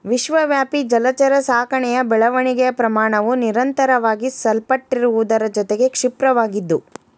ವಿಶ್ವವ್ಯಾಪಿ ಜಲಚರ ಸಾಕಣೆಯ ಬೆಳವಣಿಗೆಯ ಪ್ರಮಾಣವು ನಿರಂತರವಾಗಿ ಸಲ್ಪಟ್ಟಿರುವುದರ ಜೊತೆಗೆ ಕ್ಷಿಪ್ರವಾಗಿದ್ದು